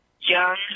young